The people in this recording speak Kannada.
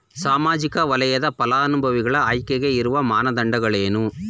ಸಾಮಾಜಿಕ ವಲಯದ ಫಲಾನುಭವಿಗಳ ಆಯ್ಕೆಗೆ ಇರುವ ಮಾನದಂಡಗಳೇನು?